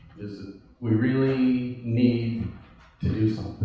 we really need to do